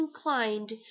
inclined